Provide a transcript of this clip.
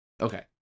Okay